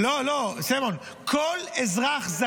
לא, סימון, כל אזרח,